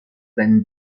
van